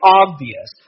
obvious